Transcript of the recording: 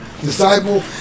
disciple